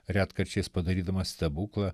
retkarčiais padarydamas stebuklą